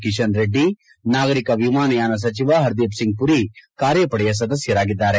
ಕಿಶನ್ ರೆಡ್ಡಿ ನಾಗರಿಕ ವಿಮಾನಯಾನ ಸಚಿವ ಪರ್ದೀಪ್ ಸಿಂಗ್ ಮರಿ ಕಾರ್ಯಪಡೆಯ ಸದಸ್ಕರಾಗಿದ್ದಾರೆ